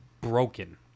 broken